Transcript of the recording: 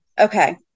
Okay